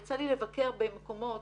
יצא לי לבקר במקומות